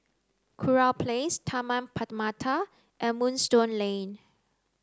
Kurau Place Taman Permata and Moonstone Lane